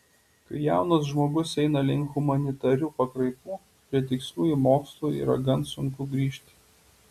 kai jaunas žmogus eina link humanitarių pakraipų prie tiksliųjų mokslų yra gan sunku grįžti